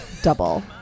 Double